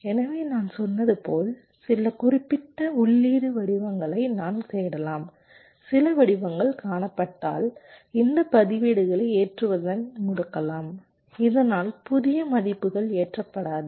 எனவே நான் சொன்னது போல் சில குறிப்பிட்ட உள்ளீட்டு வடிவங்களை நான் தேடலாம் சில வடிவங்கள் காணப்பட்டால் இந்த பதிவேடுகளை ஏற்றுவதை முடக்கலாம் இதனால் புதிய மதிப்புகள் ஏற்றப்படாது